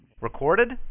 Recorded